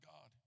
God